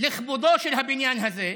לכבודו של הבניין הזה,